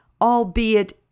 albeit